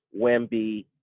Wemby